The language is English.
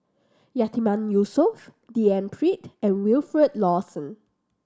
Yatiman Yusof D N Pritt and Wilfed Lawson